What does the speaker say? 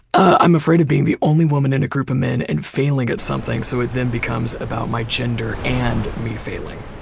i'm afraid of being the only woman in a group of men and failing at something so then it becomes about my gender and me failing.